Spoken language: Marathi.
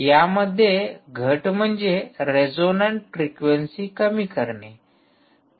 या मध्ये घट म्हणजे रेझोनन्ट फ्रिक्वेंसी कमी करणे